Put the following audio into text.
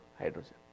hydrogen